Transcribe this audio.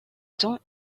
temps